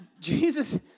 Jesus